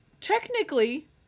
technically